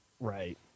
right